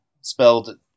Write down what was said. spelled